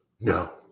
No